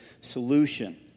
solution